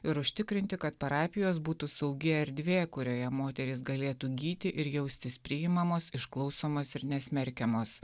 ir užtikrinti kad parapijos būtų saugi erdvė kurioje moterys galėtų gyti ir jaustis priimamos išklausomos ir nesmerkiamos